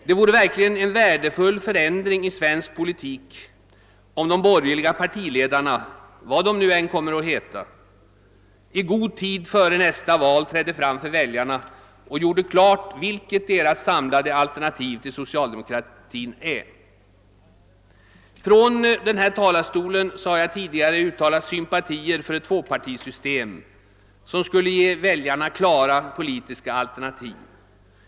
Det vore verkligen en värdefull förändring i svensk politik om de borgerliga partiledarna — vad de än kommer att heta — i god tid före nästa val trädde fram för väljarna och gjorde klart vilket deras samlade alternativ till socialdemokratin är. Från denna talarstol har jag tidigare uttalat sympatier för ett tvåpartisystem som skulle ge väljarna klara politiska alternativ.